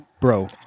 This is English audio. Bro